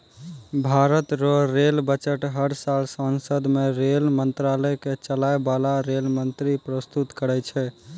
भारत रो rail budget हर साल सांसद मे रेल मंत्रालय के चलाय बाला रेल मंत्री परस्तुत करै छै